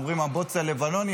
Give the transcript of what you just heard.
אומרים "הבוץ הלבנוני",